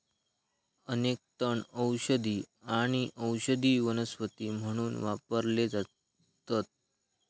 अनेक तण औषधी आणि औषधी वनस्पती म्हणून वापरले जातत